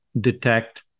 detect